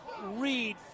read